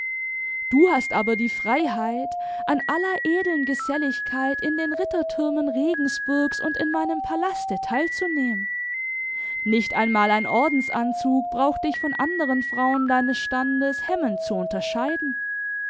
du hast aber die freiheit an aller edeln geselligkeit in den rittertürmen regensburgs und in meinem palaste teilzunehmen nicht einmal ein ordensanzug braucht dich von anderen frauen deines standes hemmend zu unterscheiden